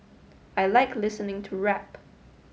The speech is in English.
I like listening to rap